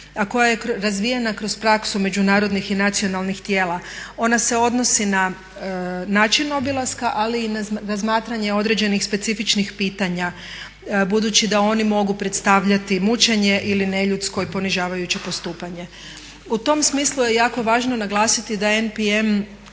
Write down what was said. a koja je razvijena kroz praksu međunarodnih i nacionalnih tijela. Ona se odnosi na način obilaska, ali i na razmatranje određenih specifičnih pitanja budući da oni mogu predstavljati mučenje ili neljudsko i ponižavajuće postupanje. U tom smislu je jako važno naglasiti da NPM